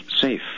safe